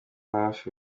hafi